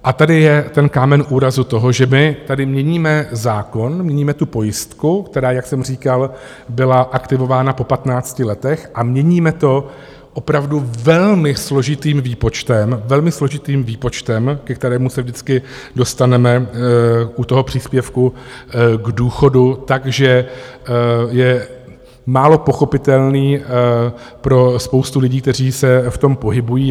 A tady je ten kámen úrazu toho, že my tady měníme zákon, měníme tu pojistku, která jak jsem říkal, byla aktivována po patnácti letech a měníme to opravdu velmi složitým výpočtem, velmi složitým výpočtem, ke kterému se vždycky dostaneme u toho příspěvku k důchodu, takže je málo pochopitelný pro spoustu lidí, kteří se v tom pohybují.